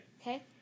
Okay